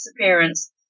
disappearance